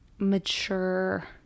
mature